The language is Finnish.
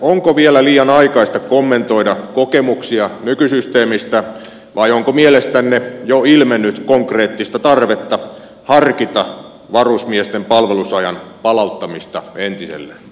onko vielä liian aikaista kommentoida kokemuksia nykysysteemistä vai onko mielestänne jo ilmennyt konkreettista tarvetta harkita varusmiesten palvelusajan palauttamista entiselleen